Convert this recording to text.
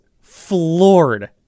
floored